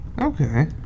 Okay